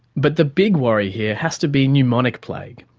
but the big worry here has to be pneumonic plague,